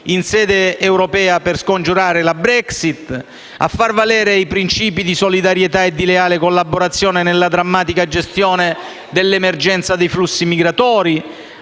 in sede europea per scongiurare la Brexit, a far valere i principi di solidarietà e di leale collaborazione nella drammatica gestione dell'emergenza dei flussi migratori,